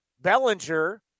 Bellinger